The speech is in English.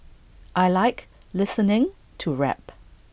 I Like listening to rap